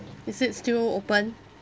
is it still open